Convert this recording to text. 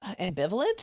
ambivalent